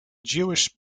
jewish